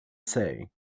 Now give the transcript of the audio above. say